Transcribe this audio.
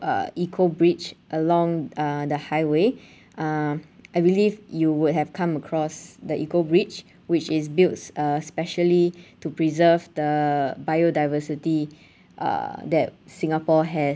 uh eco bridge along uh the highway uh I believe you would have come across the eco bridge which is builds uh specially to preserve the biodiversity uh that singapore has